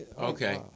Okay